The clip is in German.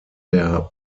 der